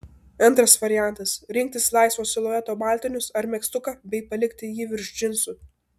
antras variantas rinktis laisvo silueto baltinius ar megztuką bei palikti jį virš džinsų